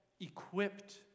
equipped